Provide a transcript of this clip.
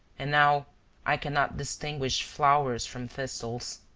and now i cannot distinguish flowers from thistles.